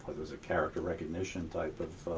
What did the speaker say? there's a character recognition type of